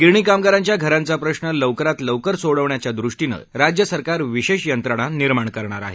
गिरणी कामगारांच्या घरांचा प्रश्न लवकरात लवकर सोडवण्याच्या दृष्टीनं राज्यसरकार विशेष यंत्रणा निर्माण करणार आहे